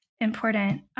important